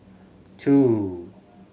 two